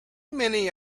many